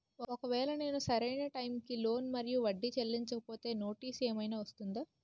ఒకవేళ నేను సరి అయినా టైం కి లోన్ మరియు వడ్డీ చెల్లించకపోతే నోటీసు ఏమైనా వస్తుందా?